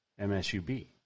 MSUB